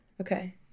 Okay